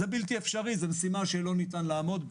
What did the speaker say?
זה בלתי אפשרי, זו משימה שלא ניתן לעמוד בה.